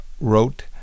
wrote